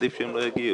עדיף שהם לא יגיעו.